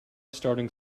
starting